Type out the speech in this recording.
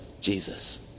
Jesus